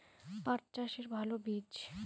পাঠ চাষের ভালো বীজ?